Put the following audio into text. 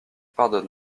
pardonne